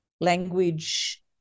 language